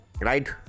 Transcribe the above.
right